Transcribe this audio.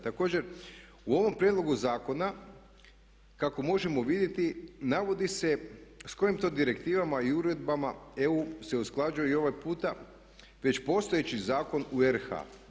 Također, u ovom prijedlogu zakona kako možemo vidjeti navodi se s kojim to direktivama i uredbama EU se usklađuje i ovaj puta već postojeći zakon u RH.